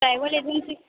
travel agency